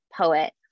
poet